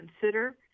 consider